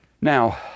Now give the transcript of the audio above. Now